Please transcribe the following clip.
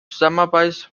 zusammenarbeit